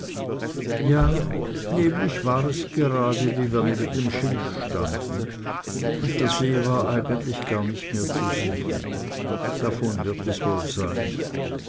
ja neblig war es gerade wie wir neben dem schilf standen und der see war eigentlich gar nicht mehr zu sehen davon wird es wohl sein